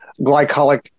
glycolic